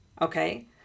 okay